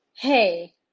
Hey